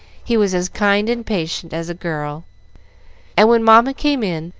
he was as kind and patient as a girl and when mamma came in,